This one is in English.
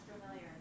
familiar